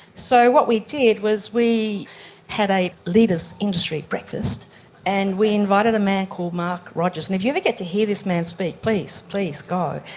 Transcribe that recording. so what we did was we had a leaders industry breakfast and we invited a man called mark rogers, and if you ever get to hear this man speak, please, please go.